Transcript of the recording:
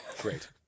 Great